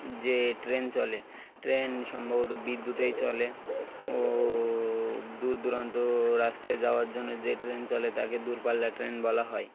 যে ট্রেন চলে ট্রেন সম্ভবত বিদ্যুতেই চলে ও দূর দূরান্ত রাস্তায় যাওয়ার জন্য যে ট্রেন চলে তাকে দূরপাল্লা ট্রেন বলা হয়